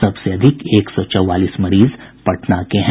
सबसे अधिक एक सौ चौवाली मरीज पटना के हैं